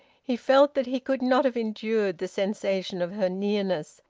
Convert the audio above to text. he felt that he could not have endured the sensation of her nearness,